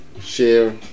share